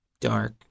dark